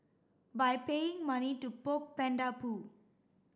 by paying money to poke panda poo